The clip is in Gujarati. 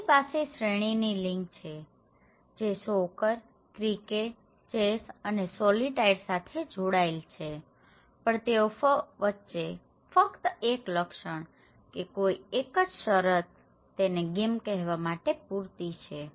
આપણી પાસે શ્રેણીની લિંક છે જે સોકર ક્રિકેટ ચેસ અને સોલિતાઇર સાથે જોડાયેલ છેપણ તેઓ વચ્ચે ફક્ત એક લક્ષણ કે કોઈ એક શરત જ તેને ગેમ કહેવા માટે પૂરતી છે